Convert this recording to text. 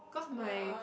cause my